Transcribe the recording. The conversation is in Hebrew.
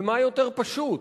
ומה יותר פשוט,